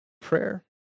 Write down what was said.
Prayer